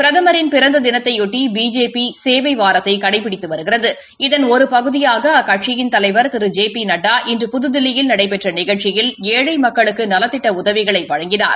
பிரதமரின் பிறந்த தினத்தையொட்டி பிஜேபி சேவை வாரத்தை கடைபிடித்து வருகிறது இதள் ஒரு பகுதியாக அக்கட்சியின் தலைவர் திரு ஜெ பி நட்டா இன்று புதுதில்லியில் நடைபெற்ற நிகழ்ச்சியில் ஏழை மக்களுக்கு நலத்திட்ட உதவிகளை வழங்கினார்